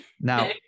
now